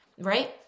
right